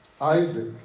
Isaac